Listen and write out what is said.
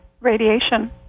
radiation